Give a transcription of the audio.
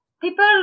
people